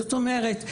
זאת אומרת,